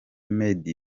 meddie